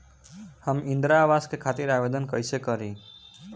हम इंद्रा अवास के खातिर आवेदन कइसे करी?